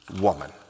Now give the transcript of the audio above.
woman